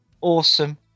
awesome